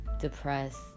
depressed